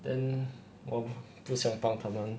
then oh 就想帮他们